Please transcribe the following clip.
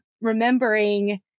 remembering